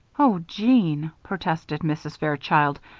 oh, jeanne! protested mrs. fairchild.